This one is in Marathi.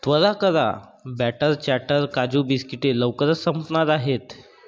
त्वरा करा बॅटर चॅटर काजू बिस्किटे लवकरच संपणार आहेत